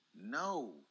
No